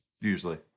usually